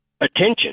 attention